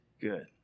good